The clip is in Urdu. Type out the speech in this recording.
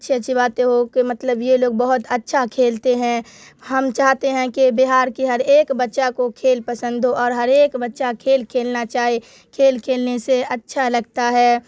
اچھی اچھی باتیں ہوں کہ مطلب یہ لوگ بہت اچھا کھیلتے ہیں ہم چاہتے ہیں کہ بہار کے ہر ایک بچہ کو کھیل پسند ہو اور ہر ایک بچہ کھیل کھیلنا چاہے کھیل کھیلنے سے اچھا لگتا ہے